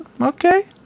Okay